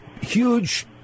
huge